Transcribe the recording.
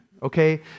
okay